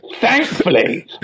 thankfully